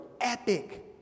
epic